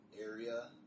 area